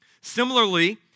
Similarly